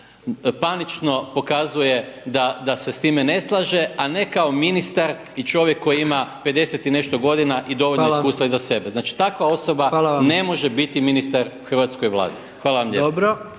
panično pokazuje da se s time ne slaže a ne kao ministar i čovjek koji ima 50 i nešto godina i dovoljno iskustva za sebe. …/Upadica predsjednik: Hvala./… Znači takva